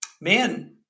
man